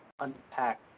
unpack